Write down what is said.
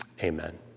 Amen